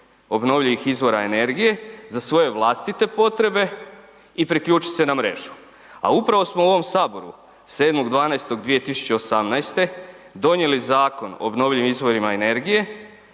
obnovljivih izvora energije za svoje vlastite potrebe i priključit se na mrežu. A upravo smo u ovom saboru 7.12.2018. donijeli Zakon o obnovljivim izvorima energije